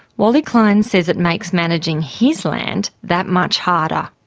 wally klein says it makes managing hisland that much harder.